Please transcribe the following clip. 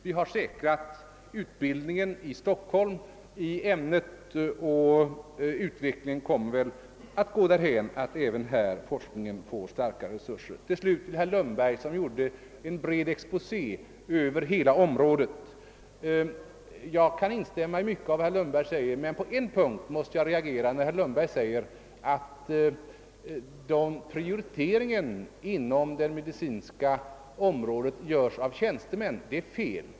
Vi har säkrat utbildningen i ämnet i Stockholm, och utvecklingen kommer väl att gå därhän att forskningen även där får starkare resurser. Slutligen också några ord till herr Lundberg, som gjorde en bred exposé över hela området. Jag kan instämma i mycket vad herr Lundberg sade, men på en punkt måste jag reagera, nämligen när han påstod att prioriteringen på det medicinska området göres av tjänstemän. Det är fel.